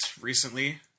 recently